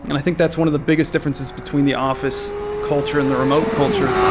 and i think that's one of the biggest differences between the office culture and the remote culture,